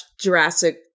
Jurassic